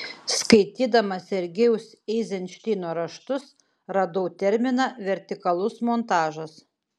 skaitydama sergejaus eizenšteino raštus radau terminą vertikalus montažas